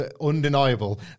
Undeniable